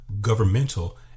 governmental